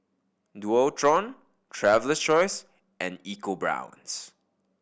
Dualtron Traveler's Choice and EcoBrown's